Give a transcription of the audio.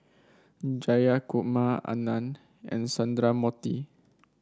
Jayakumar Anand and Sundramoorthy